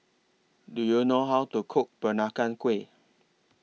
Do YOU know How to Cook Peranakan Kueh